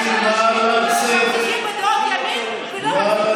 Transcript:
בדעות ימין ולא,